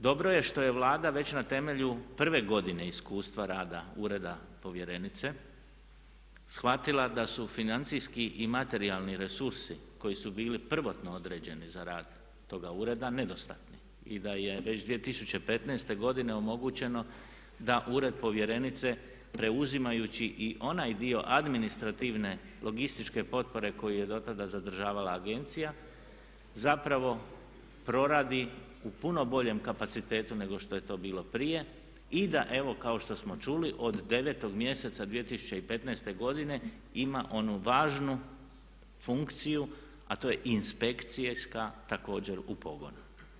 Dobro je što je Vlada već na temelju prve godine iskustva rada ureda povjerenice shvatila da su financijski i materijalni resursi koji su bili prvotno određeni za rad toga ureda nedostatni i da je već 2015. godine omogućeno da ured povjerenice preuzimajući i onaj dio administrativne logističke potpore koju je do tada zadržavala agencija zapravo proradi u puno boljem kapacitetu nego što je to bilo prije i da evo kao što smo čuli od 9. mjeseca 2015. godine ima onu važnu funkciju a to je inspekcijska također u pogonu.